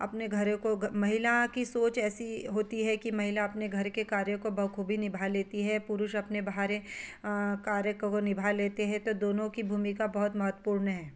अपने घरों को महिला की सोच ऐसी होती है कि महिला अपने घर के कार्यों को बख़ूबी निभा लेती हैं पुरुष अपने बाहर कार्य को निभा लेते हैं तो दोनों की भूमिका बहुत महत्वपूर्ण है